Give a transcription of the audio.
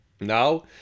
Now